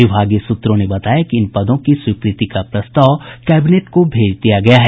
विभागीय सूत्रों ने बताया कि इन पदों की स्वीकृति का प्रस्ताव कैबिनेट को भेज दिया गया है